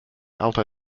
alto